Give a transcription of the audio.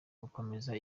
gukomeza